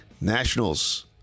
Nationals